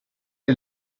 est